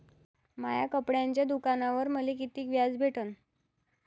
माया कपड्याच्या दुकानावर मले कितीक व्याज भेटन?